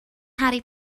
harry